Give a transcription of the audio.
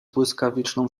błyskawiczną